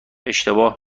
اشتباه